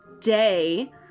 day